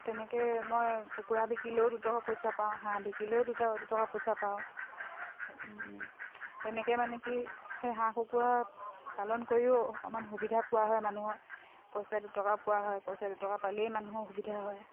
তেনেকৈ মই কুকুৰা বিকিলেও দুটকা পইচা পাওঁ হাঁহ বিকিলেও দুটকা পইচা পাওঁ তেনেকৈ মানে কি সেই হাঁহ কুকুৰা পালন কৰিও অকণমান সুবিধা পোৱা হয় মানুহৰ পইচা দুটকা পোৱা হয় পইচা দুটকা পালেই মানুহৰ সুবিধা হয়